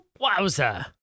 wowza